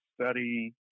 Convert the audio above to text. study